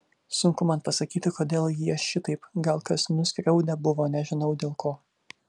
sunku man pasakyti kodėl jie šitaip gal kas nuskriaudę buvo nežinau dėl ko